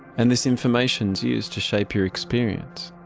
and this information is used to shape your experience.